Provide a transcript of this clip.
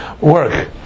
work